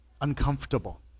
uncomfortable